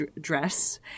dress